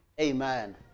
Amen